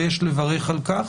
ויש לברך על כך.